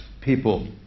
people